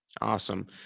Awesome